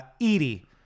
Edie